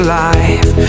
life